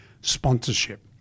sponsorship